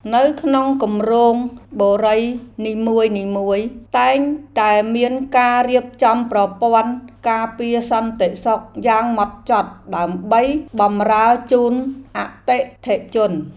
នៅក្នុងគម្រោងបុរីនីមួយៗតែងតែមានការរៀបចំប្រព័ន្ធការពារសន្តិសុខយ៉ាងហ្មត់ចត់ដើម្បីបម្រើជូនអតិថិជន។